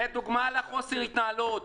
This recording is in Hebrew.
זו דוגמה לחוסר ההתנהלות.